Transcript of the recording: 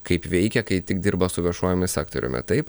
kaip veikia kai tik dirba su viešuojuomi sektoriumi taip